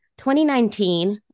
2019